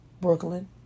Brooklyn